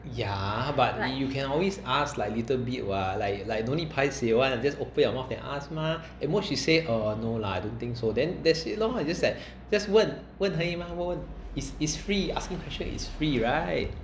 ya but like you can always ask like little bit what like like don't need paiseh want just open your mouth and ask mah at most she say no lah I don't think so then that's it lor you just 问 just 问问而已嘛 it's free asking question is free right